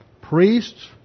priests